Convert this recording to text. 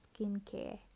skincare